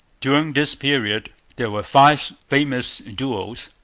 during this period there were five famous duels,